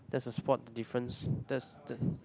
that's a spot difference that's the